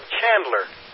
Chandler